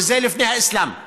וזה לפני האסלאם.